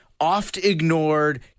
oft-ignored